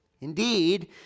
Indeed